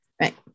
right